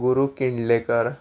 Guru Kindlekar